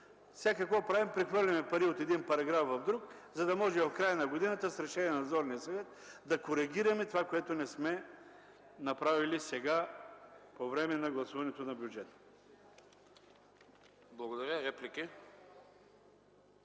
Какво правим сега? Прехвърляме пари от един параграф в друг, за да може в края на годината с решение на Надзорния съвет да коригираме това, което не сме направили сега, по време на гласуването на бюджета. Благодаря.